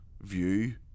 ...view